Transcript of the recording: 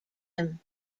him